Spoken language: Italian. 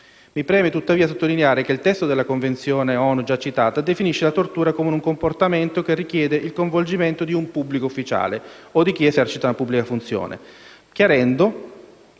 Mi preme, tuttavia, sottolineare che il testo della Convenzione definisce la tortura come un comportamento che richiede il coinvolgimento di un pubblico ufficiale (o di chi esercita una pubblica funzione), chiarendo